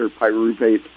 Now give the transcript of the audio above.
pyruvate